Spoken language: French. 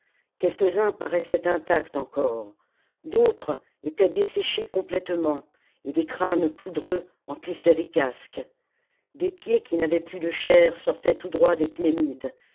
quelques-uns paraissaient intacts encore d'autres étaient desséchés complètement et des crânes poudreux emplissaient des casques des pieds qui n'avaient plus de chair sortaient tout droit des cnémides